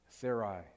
Sarai